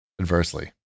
adversely